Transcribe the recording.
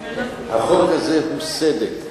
החוק הזה הוא סדק,